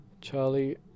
Charlie